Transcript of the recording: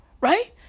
right